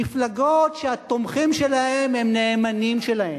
מפלגות שהתומכים שלהן נאמנים להן,